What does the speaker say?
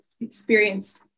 experience